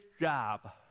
job